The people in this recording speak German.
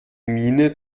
miene